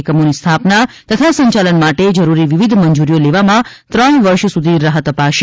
એકમોની સ્થાપના તથા સંચાલન માટે જરુરી વિવિધ મંજુરીઓ લેવામાં ત્રણ વર્ષ સુધી રાહત અપાશે